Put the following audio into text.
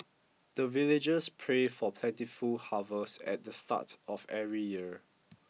the villagers pray for plentiful harvest at the start of every year